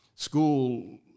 school